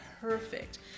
perfect